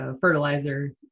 fertilizer